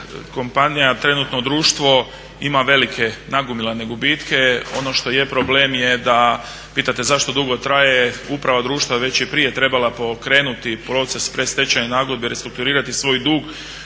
kompanija, trenutno društvo ima velike nagomilane gubitke. Ono što je problem da, pitate zašto dugo traje, uprava društva već je prije trebala pokrenuti proces predstečajne nagodbe i restrukturirati svoj dug.